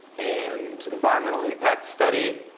and environmental impact study